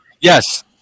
yes